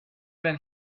then